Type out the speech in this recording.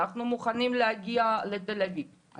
אנחנו מוכנים להגיע לתל אביב,